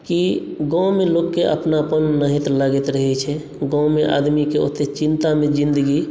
कि गाँवमे लोककेँ अपनापन नाहित लगैत रहैत छै गाँवमे आदमीकेँ ओतेक चिन्तामे जिन्दगी